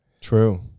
True